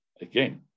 again